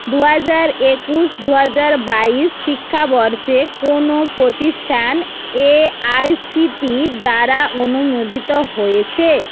দু হাজার একুশ দু হাজার বাইশ শিক্ষাবর্ষে কোনও প্রতিষ্ঠান এআইসিটির দ্বারা অনুমোদিত হয়েছে